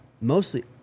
Mostly